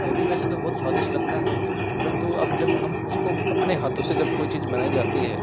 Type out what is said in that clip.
अभी भी वैसे तो बहुत स्वादिष्ट लगता है परंतु अब जब हम उसको अपने हाथों से जब कोई चीज़ बनाई जाती है